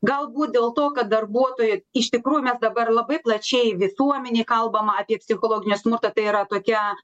galbūt dėl to kad darbuotojai iš tikrųjų mes dabar labai plačiai visuomenėj kalbam apie psichologinį smurtą tai yra tokia